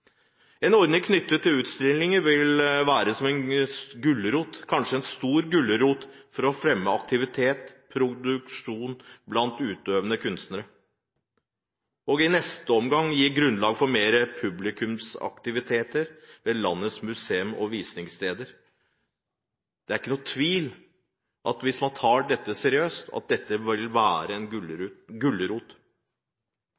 En ordning knyttet til utstillinger vil være en stor gulrot for å fremme aktivitet og produksjon blant utøvende kunstnere, og i neste omgang gi grunnlag for mer publikumsaktivitet ved landets museer og visningssteder. Det er ikke noen tvil, hvis man tar dette seriøst, at dette vil være en